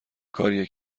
کاریه